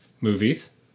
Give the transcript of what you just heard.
movies